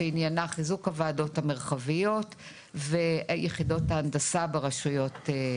שעניינה חיזוק הוועדות המרחביות ויחידות ההנדסה ברשויות.